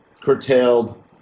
curtailed